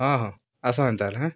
ହଁ ହଁ ଆସ ଏନ୍ତା ହେଲେ ଏଁ